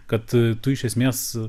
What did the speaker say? kad tu iš esmės